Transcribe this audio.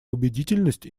убедительность